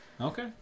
Okay